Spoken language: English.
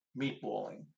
meatballing